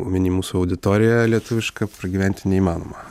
omeny mūsų auditoriją lietuvišką pragyventi neįmanoma